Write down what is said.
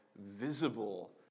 visible